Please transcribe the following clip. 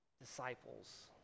disciples